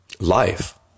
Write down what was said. life